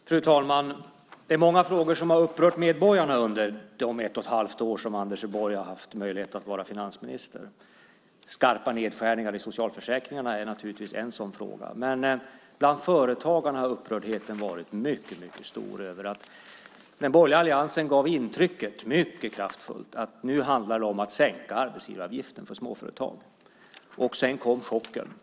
Fru talman! Det är många frågor som har upprört medborgarna under de ett och ett halvt år då Anders Borg haft möjlighet att vara finansminister. Skarpa nedskärningar i socialförsäkringarna är naturligtvis en sådan fråga, men bland företagarna har upprördheten varit mycket stor. Den borgerliga alliansen gav mycket kraftfullt intrycket att det handlar om att sänka arbetsgivaravgiften för småföretag. Sedan kom chocken.